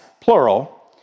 plural